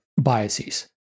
biases